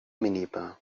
minibar